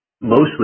mostly